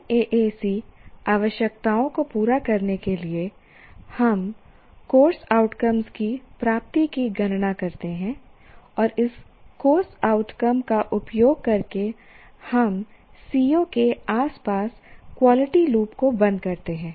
NAAC आवश्यकताओं को पूरा करने के लिए हम कोर्स आउटकम की प्राप्ति की गणना करते हैं और इस कोर्स आउटकम का उपयोग करके हम CO के आसपास क्वालिटी लूप को बंद करते हैं